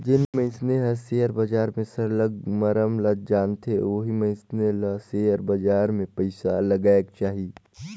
जेन मइनसे हर सेयर बजार के सरलग मरम ल जानथे ओही मइनसे मन ल सेयर बजार में पइसा लगाएक चाही